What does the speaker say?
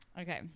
Okay